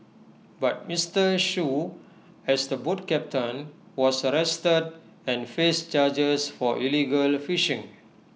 but Mister Shoo has the boat captain was arrested and faced charges for illegal fishing